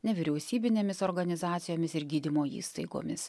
nevyriausybinėmis organizacijomis ir gydymo įstaigomis